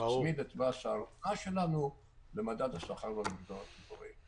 נצמיד את מס הארנונה שלנו למדד השכר במגזר הציבורי.